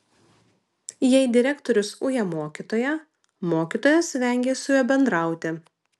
jei direktorius uja mokytoją mokytojas vengia su juo bendrauti